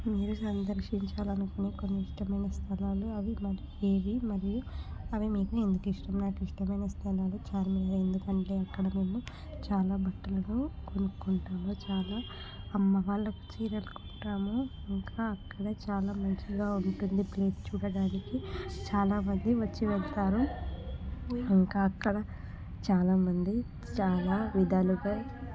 మీరు సందర్శించాలి అనుకునే కొన్ని ఇష్టమైన స్థలాలు అవి ఏవి మరియు అవి మీకు ఎందుకు ఇష్టం నాకు ఇష్టమైన స్థలాలు చార్మినార్ ఎందుకంటే అక్కడ మేము చాలా బట్టలను కొనుక్కుంటాము చాలా అమ్మ వాళ్ళకు చీరలు కొంటాము ఇంకా అక్కడ చాలా మంచిగా ఉంటుంది ప్లేస్ చూడటానికి చాలా మంది వచ్చి వెళతారు ఇంకా అక్కడ చాలా మంది చాలా విధాలుగా